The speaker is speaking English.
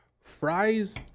fries